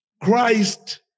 Christ